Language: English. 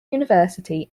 university